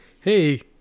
hey